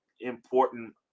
important